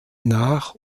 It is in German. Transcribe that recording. nach